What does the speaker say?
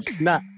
Nah